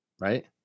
right